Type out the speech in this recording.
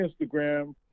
Instagram